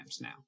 now